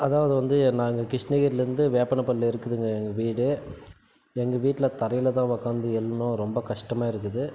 அதாவது வந்து நாங்கள் கிருஷ்ணகிரிலேருந்து வேப்பனப்பள்ளி இருக்குதுங்க எங்கள் வீடு எங்கள் வீட்டில் தரையில் தான் உக்காந்து எழணும் ரொம்ப கஷ்டமாக இருக்குது